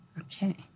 Okay